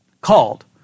called